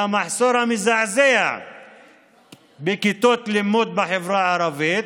מהמחסור המזעזע בכיתות לימוד בחברה הערבית,